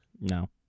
No